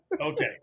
Okay